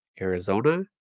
Arizona